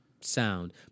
sound